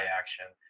action